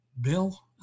Bill